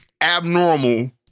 abnormal